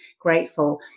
grateful